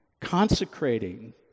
consecrating